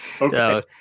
Okay